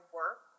work